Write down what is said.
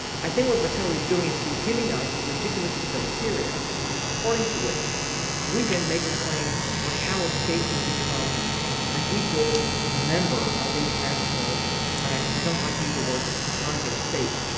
i think what vattel is doing is he's giving us the legitimacy criteria according to which we can make a claim for how a state can become an equal member of the international and i don't like to use the word society of states,